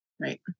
right